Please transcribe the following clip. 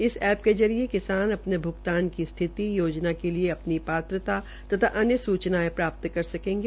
इस एप्प् के जरिये किसाना अपने भ्गतान की स्थिति योजना के लिए अपनी पात्रता तथा अन्य सूचनायें प्राप्त कर सकेंगे